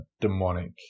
demonic